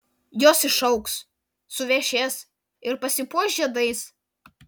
jos išaugs suvešės ir pasipuoš žiedais